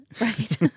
Right